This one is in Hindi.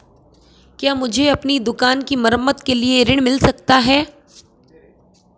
क्या मुझे अपनी दुकान की मरम्मत के लिए ऋण मिल सकता है?